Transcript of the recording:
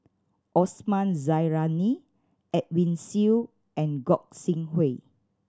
Osman Zailani Edwin Siew and Gog Sing Hooi